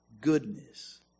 goodness